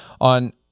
on